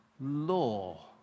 law